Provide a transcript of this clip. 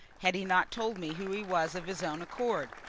had he not told me who he was of his own accord.